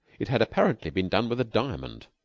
it had apparently been done with a diamond.